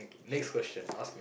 next questions is